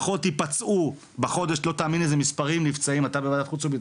פחות יפצעו בחודש לא תאמינו אילו מספרים של פצועים יש,